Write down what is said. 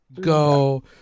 go